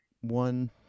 one